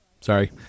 Sorry